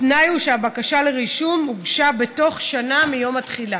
התנאי הוא שהבקשה לרישום הוגשה בתוך שנה מיום התחילה.